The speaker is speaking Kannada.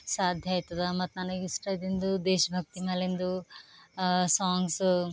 ಸಾಧ್ಯ ಆಯ್ತದೆ ಮತ್ತು ನನಗೆ ಇಷ್ಟ ಇದ್ದಿದ್ದು ದೇಶಭಕ್ತಿ ಮೇಲಿಂದು ಸಾಂಗ್ಸು